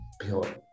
pure